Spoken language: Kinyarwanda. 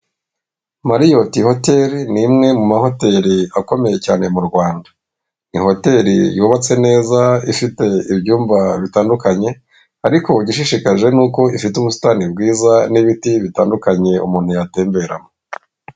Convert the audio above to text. Mariyoti hoteli ni imwe mu mahoteli akomeye cyane mu Rwanda, ni hoteli yubatse neza ifite ibyumba bitandukanye, ariko igishishikaje ni uko ifite ubusitani bwiza n'ibiti bitandukanye umuntu yatemberamo.